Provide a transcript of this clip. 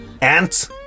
Ants